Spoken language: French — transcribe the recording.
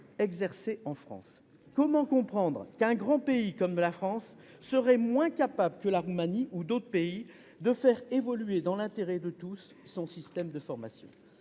de leurs études. Comment comprendre qu'un grand pays comme la France serait moins capable que la Roumanie, ou d'autres pays, de faire évoluer, dans l'intérêt de tous, son système de formation ?